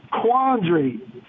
quandary